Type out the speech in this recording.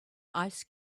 ice